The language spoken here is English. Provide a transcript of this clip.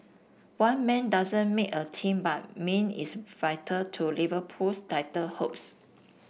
one man doesn't make a team but Mane is vital to Liverpool's title hopes